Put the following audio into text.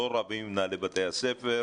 לא רבים עם מנהלי בתי הספר,